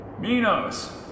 Minos